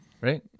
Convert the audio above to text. Right